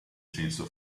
senso